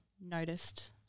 noticed